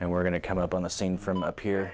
and we're going to come up on the scene from up here